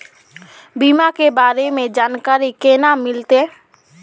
बीमा के बारे में जानकारी केना मिलते?